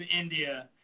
India